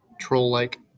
troll-like